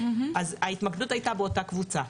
אז ההתמקדות הייתה באותה קבוצה.